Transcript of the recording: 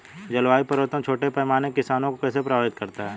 जलवायु परिवर्तन छोटे पैमाने के किसानों को कैसे प्रभावित करता है?